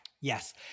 Yes